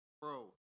Bro